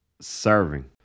serving